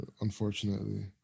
Unfortunately